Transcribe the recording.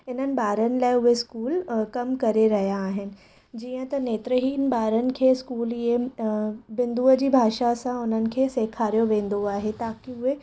इन्हनि ॿारनि लाइ उहे स्कूल कमु करे रहिया आहिनि जीअं त नेत्रहीन ॿारनि खे स्कूल इहे बिंदूअ जी भाषा सां हुननि खे सेखारियो वेंदो आहे ताकी उहे